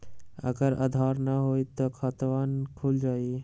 अगर आधार न होई त खातवन खुल जाई?